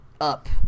up